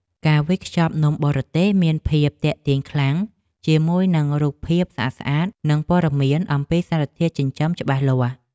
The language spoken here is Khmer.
ការវេចខ្ចប់នំបរទេសមានភាពទាក់ទាញខ្លាំងជាមួយនឹងរូបភាពស្អាតៗនិងព័ត៌មានអំពីសារធាតុចិញ្ចឹមច្បាស់លាស់។